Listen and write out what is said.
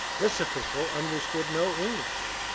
this official understood no english,